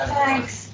Thanks